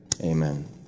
Amen